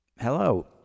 Hello